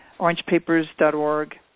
Orangepapers.org